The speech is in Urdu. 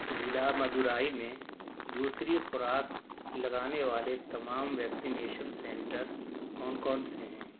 ضلع مدورائی میں دوسری خوراک لگانے والے تمام ویکسینیشن سینٹر کون کون سے ہیں